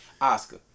Oscar